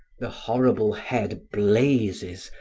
the horrible head blazes,